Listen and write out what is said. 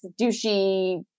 douchey